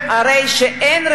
הרי שאין,